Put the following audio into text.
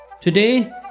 Today